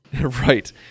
Right